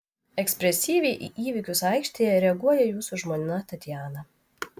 ekspresyviai į įvykius aikštėje reaguoja jūsų žmona tatjana